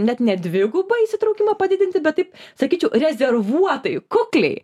net ne dvigubai įsitraukimą padidinti bet taip sakyčiau rezervuotai kukliai